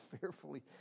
fearfully